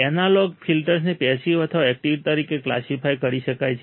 analogue ફિલ્ટર્સને passive અથવા active તરીકે કલાસિફાઇડ કરી શકાય છે